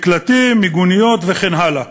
מקלטים, מיגוניות וכן הלאה.